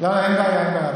אין בעיה,